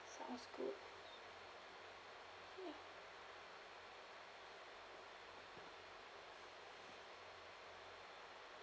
sounds good